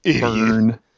Burn